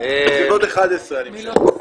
בסביבות 23:00, אני משער.